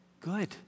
good